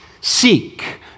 seek